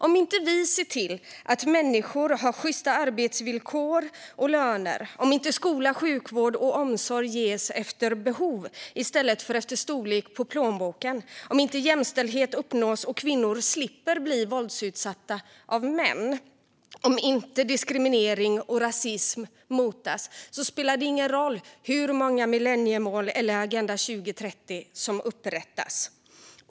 Om inte vi ser till att människor har sjysta arbetsvillkor och löner, om inte skola, sjukvård och omsorg ges efter behov i stället för efter storlek på plånboken, om inte jämställdhet uppnås och kvinnor slipper bli våldsutsatta av män, om inte diskriminering och rasism motas - då spelar det ingen roll hur många millenniemål eller Agenda 2030 som upprättas.